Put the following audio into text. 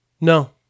No